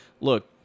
Look